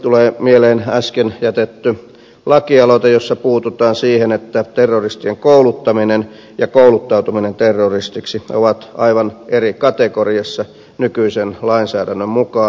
tulee mieleen äsken jätetty lakialoite jossa puututaan siihen että terroristien kouluttaminen ja kouluttautuminen terroristiksi ovat aivan eri kategoriassa nykyisen lainsäädännön mukaan